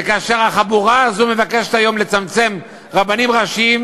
וכאשר החבורה הזו מבקשת היום לצמצם רבנים ראשיים,